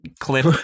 clip